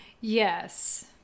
Yes